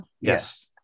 Yes